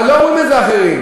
אבל לא אומרים את זה אחרים.